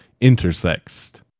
Intersexed